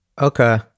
Okay